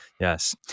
Yes